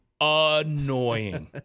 Annoying